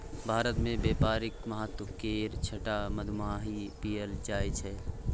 भारत मे बेपारिक महत्व केर छअ टा मधुमाछी पएल जाइ छै